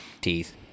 teeth